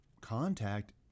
contact